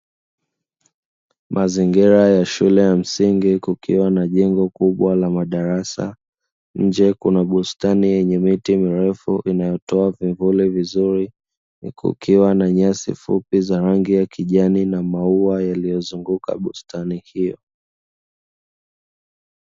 Mazingira ya shule ya msingi kukiwa na jengo kubwa la madarasa, nje kuna bustani yenye miti mirefu inayotoa vivuli vizuri kukiwa na nyasi fupi za rangi ya kijani, na maua yaliyozunguka bustani hio.